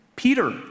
Peter